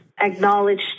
acknowledged